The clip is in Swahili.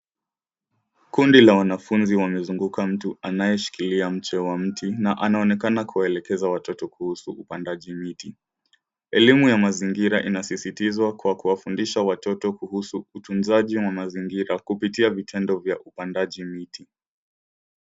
Kundi la wafunizi wamezunguka mtu anayeshikilia mche wa mti na anaonekana kuwaelekeza watoto kuhusu upandaji miti. Elimu ya mazingira inasisitizwa kwa kuwafundisha watoto kuhuzu utunzaji wa mazingira kupitia vitendo vya upandaji miti.